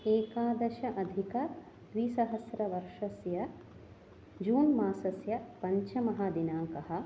एकादशाधिकद्विसहस्रवर्षस्य June मासस्य पञ्चमः दिनाङ्कः